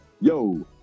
yo